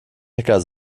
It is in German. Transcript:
hacker